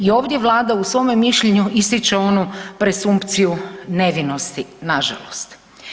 I ovdje Vlada u svome mišljenju ističe onu presumpciju nevinosti, nažalost.